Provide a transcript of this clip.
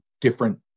different